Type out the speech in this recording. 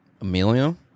Emilio